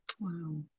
Wow